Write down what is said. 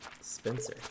Spencer